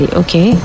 okay